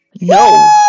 No